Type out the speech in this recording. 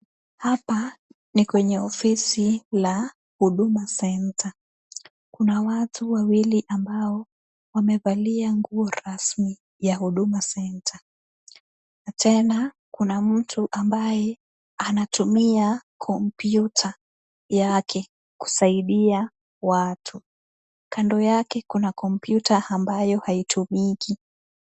Hapa ni kwenye ofisi la Huduma Center. Kuna watu wawili ambao wamevalia nguo rasmi ya Huduma Center, tena, kuna mtu ambaye anatumia kompyuta yake kusaidia watu. Kando yake kuna kompyuta ambayo haitumiki.